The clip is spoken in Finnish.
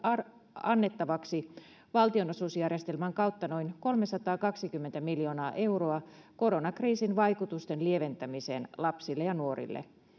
annettavaksi valtionosuusjärjestelmän kautta noin kolmesataakaksikymmentä miljoonaa euroa koronakriisin vaikutusten lieventämiseen lapsille ja nuorille